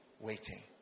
waiting